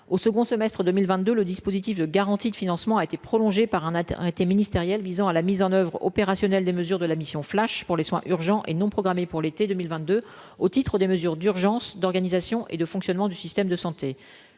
au second semestre 2022, le dispositif de garantie de financement a été prolongé par un arrêté ministériel visant à la mise en oeuvre opérationnelle des mesures de la mission flash pour les soins urgents et non programmés pour l'été 2022 au titre des mesures d'urgence, d'organisation et de fonctionnement du système de santé